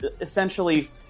essentially